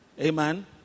Amen